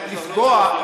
לפגוע,